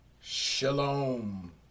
Shalom